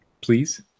please